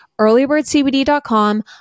Earlybirdcbd.com